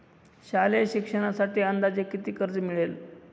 शालेय शिक्षणासाठी अंदाजे किती कर्ज मिळेल?